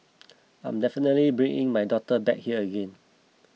I'm definitely bringing my daughter back here again